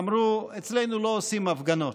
אמרו: אצלנו לא עושים הפגנות.